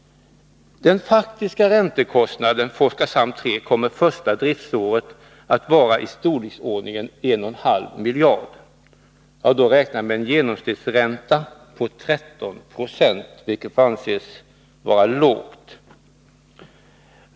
Den faktiska räntekostnaden för Oskarshamn 3 kommer första driftsåret att vara i storleksordningen 1,5 miljarder. Jag har då räknat med en genomsnittsränta på 13 26, vilket får anses vara lågt.